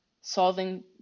solving